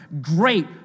great